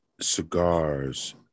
cigars